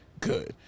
Good